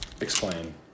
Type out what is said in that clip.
Explain